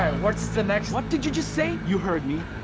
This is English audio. um what's the next what did you just say? you heard me,